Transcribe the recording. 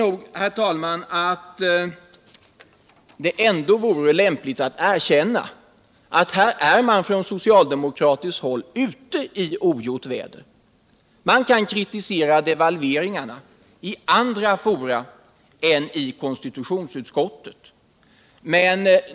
Jag tycker att det vore lämpligt att erkänna att man här från socialdemokratiskt håll är ute i ogjort väder. Man kan kritisera devalveringarna i andra fora än i konstitutionsutskottet.